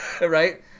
right